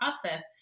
process